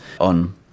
on